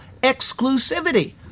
exclusivity